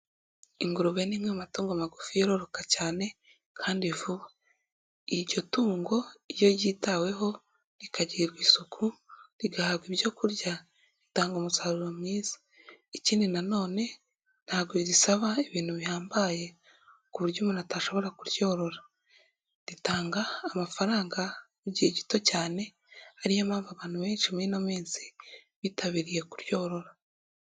Ingurube ni imwe mu matungo magufi yororoka cyane kandi vuba. Iryo tungo iyo ryitaweho rikagirwa isuku, rigahabwa ibyoku kurya, ritanga umusaruro mwiza, ikindi naone ntabwo risaba ibintu bihambaye ku buryo umuntu atashobora kuryorora, ritanga amafaranga mu gihe gito cyane, ariyo mpamvu abantu benshi muri ino minsi bitabiriye kuryorora.